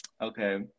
okay